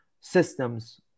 systems